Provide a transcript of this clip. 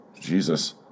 jesus